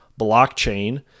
blockchain